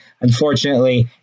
unfortunately